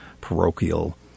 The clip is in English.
parochial